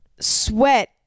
sweat